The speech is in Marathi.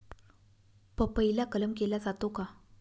पपईला कलम केला जातो का?